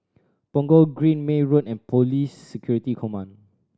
Punggol Green May Road and Police Security Command